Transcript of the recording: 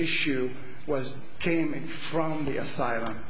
issue was came in from the asylum